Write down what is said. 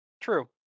True